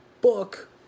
book